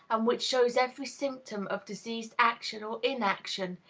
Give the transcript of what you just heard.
and which shows every symptom of diseased action or inaction,